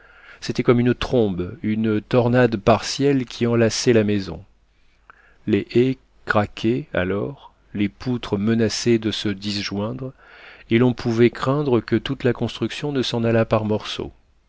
c'était comme une trombe une tornade partielle qui enlaçait la maison les ais craquaient alors les poutres menaçaient de se disjoindre et l'on pouvait craindre que toute la construction ne s'en allât par morceaux